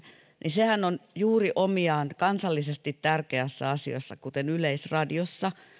sehän on juuri omiaan kansallisesti tärkeässä asiassa kuten yleisradiossa